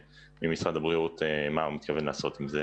ממשרד הבריאות מה הוא מתכוון לעשות עם זה.